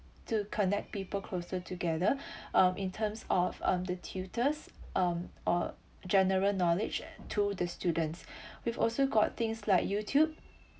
to connect people closer together um in terms of um the tutors um or general knowledge to the students we've also got things like YouTube